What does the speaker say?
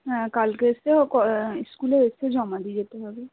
হ্যাঁ কালকে এসেও স্কুলে এসে জমা দিয়ে যেতে হবে